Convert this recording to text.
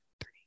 three